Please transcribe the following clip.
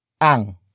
ang